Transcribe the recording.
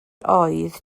oedd